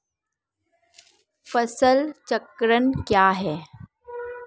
फसल चक्रण क्या है?